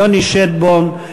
יוני שטבון,